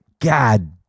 God